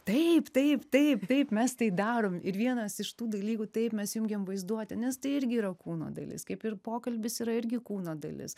taip taip taip taip mes tai darom ir vienas iš tų dalykų taip mes jungiam vaizduotę nes tai irgi yra kūno dalis kaip ir pokalbis yra irgi kūno dalis